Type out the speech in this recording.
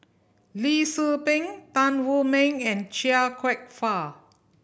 Lee Tzu Pheng Tan Wu Meng and Chia Kwek Fah